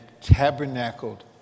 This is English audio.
tabernacled